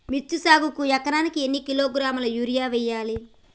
మిర్చి సాగుకు ఎకరానికి ఎన్ని కిలోగ్రాముల యూరియా వేయాలి?